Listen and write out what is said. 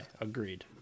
agreed